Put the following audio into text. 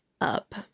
up